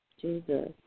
Jesus